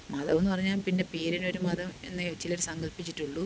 മതം എന്ന് പറഞ്ഞാല് പിന്നെ പേരിനൊരു മതം എന്നേ ചിലര് സങ്കൽപ്പിച്ചിട്ടുള്ളൂ